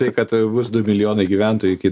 tai kad bus du milijonai gyventojų iki